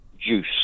juice